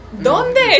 ¿Dónde